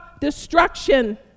destruction